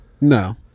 no